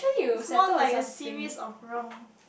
is more like a serious of wrong